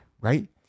right